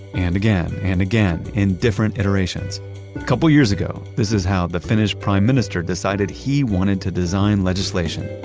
and again, and again, in different iterations. a couple years ago, this is how the finnish prime minister decided he wanted to design legislation.